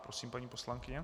Prosím, paní poslankyně.